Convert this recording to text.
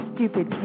Stupid